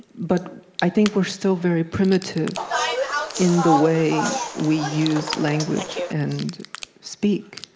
but i think we're still very primitive in the way we use language and speak,